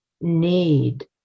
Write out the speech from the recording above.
need